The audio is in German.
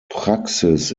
praxis